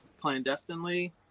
clandestinely